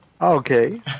Okay